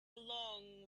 long